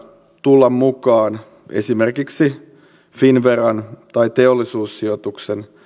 tulla mukaan esimerkiksi finnveran teollisuussijoituksen